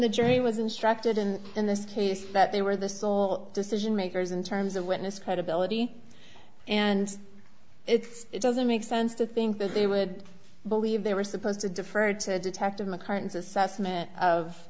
jury was instructed and in this case that they were the sole decision makers in terms of witness credibility and it's it doesn't make sense to think that they would believe they were supposed to defer to a detective